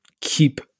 keep